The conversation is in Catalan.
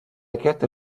aquest